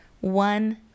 one